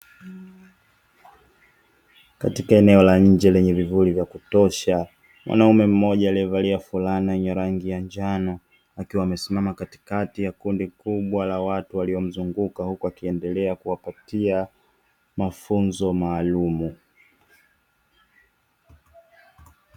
Katika eneo la nje lenye vivuli vya kutosha, mwanaume mmoja aliyevalia fulana yenye rangi ya njano, akiwa amesimama katikakti ya kundi kubwa la watu waliomzunguka akiendelea kuwapatia mafunzo maalumu.